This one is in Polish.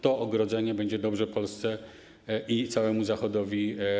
To ogrodzenie będzie dobrze służyć Polsce i całemu Zachodowi.